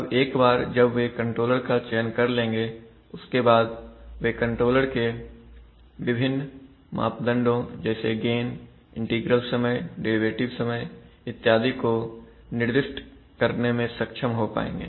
अब एक बार जब वे कंट्रोलर का चयन कर लेंगे उसके बाद वे कंट्रोलर के विभिन्न मापदंडों जैसे गेन इंटीग्रल समय डेरिवेटिव समय इत्यादि को निर्दिष्ट करने में सक्षम हो पाएंगे